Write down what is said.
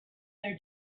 their